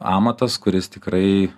amatas kuris tikrai